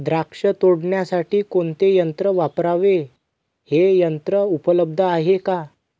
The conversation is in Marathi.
द्राक्ष तोडण्यासाठी कोणते यंत्र वापरावे? हे यंत्र उपलब्ध आहे का?